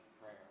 prayer